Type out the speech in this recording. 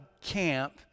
camp